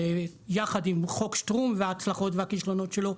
יחד עם חוק שטרום וההצלחות והכישלונות שלו,